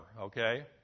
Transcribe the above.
okay